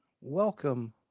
Welcome